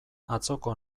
atzoko